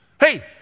Hey